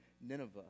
Nineveh